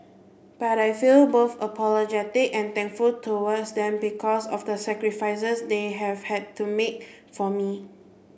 but I feel both apologetic and thankful towards them because of the sacrifices they have had to make for me